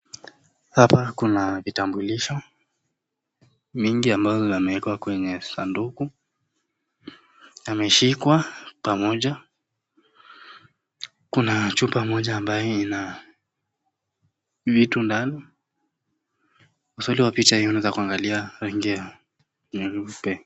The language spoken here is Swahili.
Hapa kuna vitambulisho mingi ambazo zimewekaa kwenye sanduku, ameshikwa pamoja. Kuna chupa moja ambayo ina vitu ndani. Uzuli wa picha hii unaweza kuangalia rangi ya nyeupe.